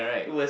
it was